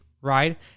right